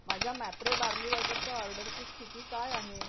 माझ्या मॅप्रो बार्ली वॉटरच्या ऑर्डरची स्थिती काय आहे